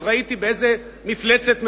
אז ראיתי באיזו מפלצת מדובר.